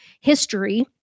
history